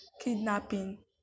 kidnapping